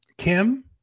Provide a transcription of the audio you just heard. Kim